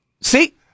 See